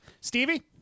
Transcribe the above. Stevie